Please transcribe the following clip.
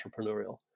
entrepreneurial